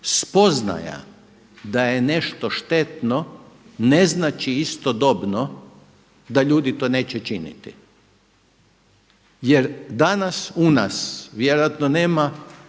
spoznaja da je nešto štetno ne znači istodobno da ljudi to neće činiti. Jer danas u nas vjerojatno nema